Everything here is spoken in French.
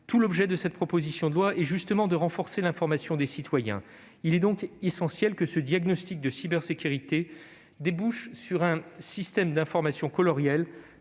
Tout l'objet de cette proposition de loi est de renforcer l'information des citoyens. Il est donc essentiel que le diagnostic de cybersécurité aboutisse à un dispositif coloriel,